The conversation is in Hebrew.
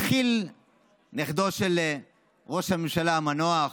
התחיל נכדו של ראש הממשלה המנוח